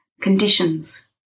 conditions